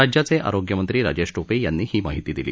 राज्याचे आरोग्य मंत्री राजेश टोपे यांनी ही माहिती दिली